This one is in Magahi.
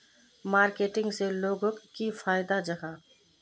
मार्केटिंग से लोगोक की फायदा जाहा?